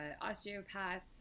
osteopath